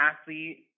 athlete